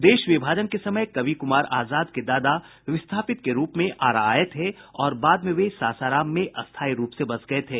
देश विभाजन के समय कवि कुमार आजाद के दादा विस्थापित के रूप में आरा आये थे और बाद में वे सासाराम में स्थायी रूप से बस गये थे